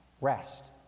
rest